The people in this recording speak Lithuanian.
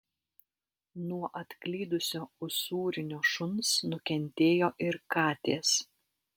nuo atklydusio usūrinio šuns nukentėjo ir katės